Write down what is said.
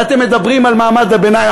ואתם מדברים על מעמד הביניים,